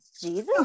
Jesus